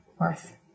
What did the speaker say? worth